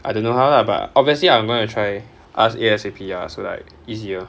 I don't know how lah but obviously I'm going to try ask A_S_A_P ah so like easier